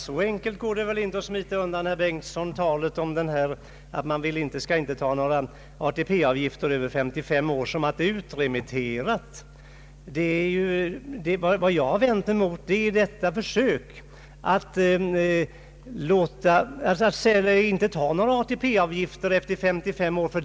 Herr talman! Så enkelt kan man inte smita undan talet om att man inte skall ta några ATP-avgifter från personer som är över 55 år, herr Bengtson, att man bara hänvisar till att förslaget är ute på remiss. Vad jag här vänder mig mot är centerpartiets hela tanke att på detta sätt försöka genomföra befrielse från ATP-avgiften efter 55 års ålder.